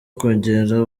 kongera